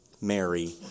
Mary